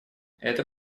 это